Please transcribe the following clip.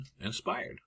inspired